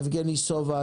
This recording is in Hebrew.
יבגני סובה,